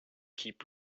keep